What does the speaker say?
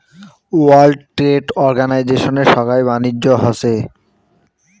world trade অর্গানিজশনে সোগাই বাণিজ্য হসে